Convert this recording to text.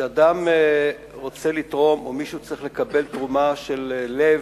כשאדם רוצה לתרום או מישהו צריך לקבל תרומה של לב,